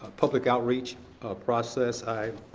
public outreach process.